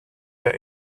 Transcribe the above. the